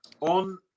on